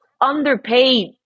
underpaid